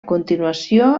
continuació